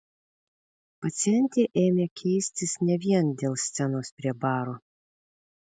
pacientė ėmė keistis ne vien dėl scenos prie baro